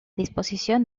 disposición